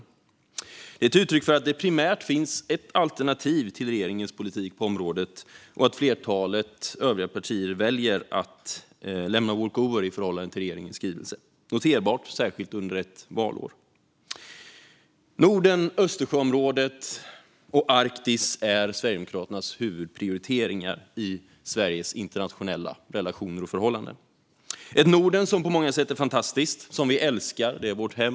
Det är primärt ett uttryck för att det finns ett alternativ till regeringens politik på området och för att flertalet övriga partier väljer att lämna walkover i förhållande till regeringens skrivelse - noterbart, särskilt under ett valår. Norden, Östersjöområdet och Arktis är Sverigedemokraternas huvudprioriteringar i Sveriges internationella relationer och förhållanden. Norden är på många sätt fantastiskt - ett Norden som vi älskar. Det är vårt hem.